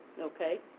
Okay